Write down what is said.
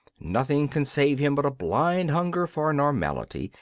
nothing can save him but a blind hunger for normality,